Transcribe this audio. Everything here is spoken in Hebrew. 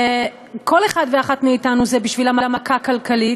כל אחד ואחת מאתנו זה בשבילה מכה כלכלית,